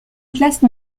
classe